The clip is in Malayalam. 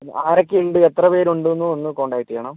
ആരൊക്കെ ഉണ്ട് എത്ര പേരു ഉണ്ടുന്നും ഒന്ന് കോൺടാക്ട് ചെയ്യണം